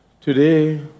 Today